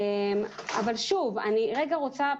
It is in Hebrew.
אני רוצה,